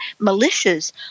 militias